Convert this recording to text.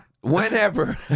whenever